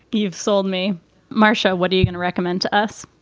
you've sold me marcia, what do you recommend to us?